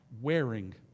Wearing